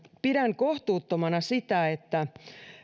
pidän kohtuuttomana sitä että